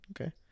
Okay